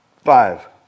five